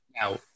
Now